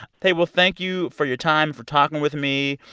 ok well, thank you for your time, for talking with me.